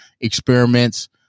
experiments